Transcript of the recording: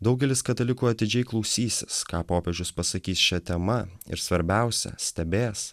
daugelis katalikų atidžiai klausysis ką popiežius pasakys šia tema ir svarbiausia stebės